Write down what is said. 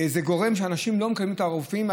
זה גורם לכך שאנשים לא מקבלים את הרופאים.